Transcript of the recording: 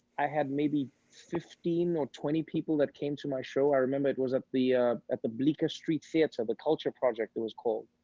i had maybe fifteen or twenty people that came to my show. i remember it was at the at the bleaker street theater, the culture project, it was called,